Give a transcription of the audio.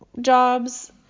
jobs